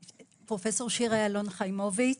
פרופ' שירה ילון-חיימוביץ,